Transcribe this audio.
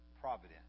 providence